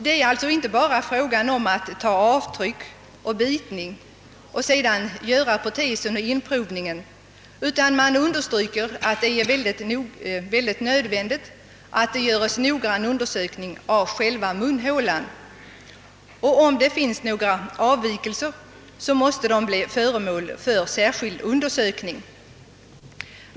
Det är alltså inte bara fråga om att ta avtryck och bitning och sedan utföra protesen och verkställa inprovningen och justeringen av protesen, utan man understryker att det är ytterst nödvändigt att noggrann undersökning av själva munhålan göres. Om det finns några avvikelser från det normala till ståndet måste de bli föremål för särskild undersökning.